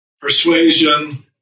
persuasion